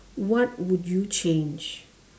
what would you change